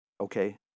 Okay